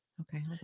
Okay